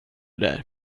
där